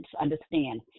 understand